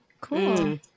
Cool